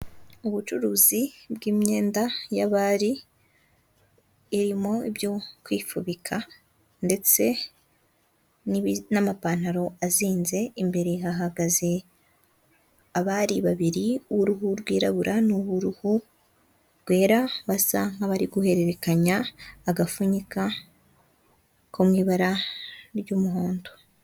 Ubucuruzi bw'imyenda y'abari iri mo ibyo kwifubika ndetse n'amapantaro azinze, imbere hahagaze abari babiri uw'uruhu rwirabura n'uw'uruhu rwera, basa nk'abari guhererekanya agapfunyika ko mu ibara ry'umuhondo.